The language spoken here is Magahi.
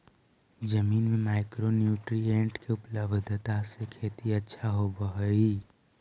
जमीन में माइक्रो न्यूट्रीएंट के उपलब्धता से खेती अच्छा होब हई